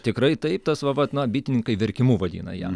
tikrai taip tas va vat na bitininkai verkimu vadina ją